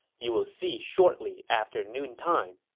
you will see shortly after noon time.